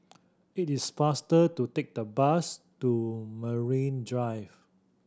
it is faster to take the bus to Marine Drive